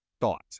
thought